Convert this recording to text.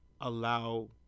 allow